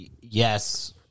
yes